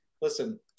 Listen